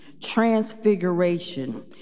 transfiguration